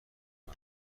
آره